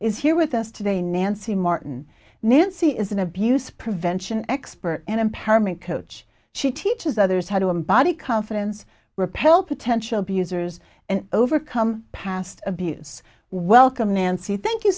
is here with us today nancy martin nancy is an abuse prevention expert and empowerment coach she teaches others how to embody confidence repel potential abusers and overcome past abuse welcome nancy thank you